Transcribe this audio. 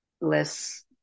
less